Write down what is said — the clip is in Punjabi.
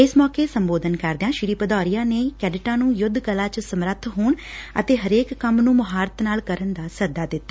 ਇਸ ਮੌਕੇ ਸੰਬੋਧਨ ਕਰਦਿਆਂ ਸ੍ਰੀ ਭਦੋਰੀਆ ਨੇ ਕੈਡਿਟਾਂ ਨੂੰ ਯੁੱਧ ਕਲਾ ਚ ਸਮਰੱਥ ਹੋਣ ੱਤੇ ਹਰੇਕ ਕੰਮ ਨੂੰ ਮੁਹਾਰਤ ਨਾਲ ਕਰਨ ਦਾ ਸੱਦਾ ਦਿੱਤਾ